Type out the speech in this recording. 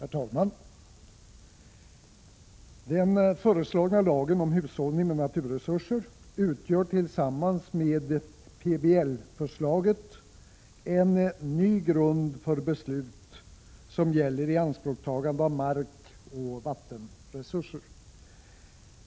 Herr talman! Den föreslagna lagen om hushållning med naturresurser utgör tillsammans med PBL-förslaget en ny grund för beslut som gäller ianspråktagande av markoch vattenresurser.